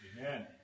Amen